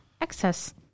excess